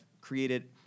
created